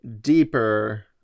deeper